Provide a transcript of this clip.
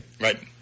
Right